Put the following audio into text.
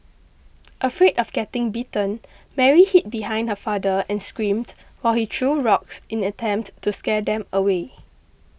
afraid of getting bitten Mary hid behind her father and screamed while he threw rocks in an attempt to scare them away